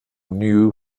new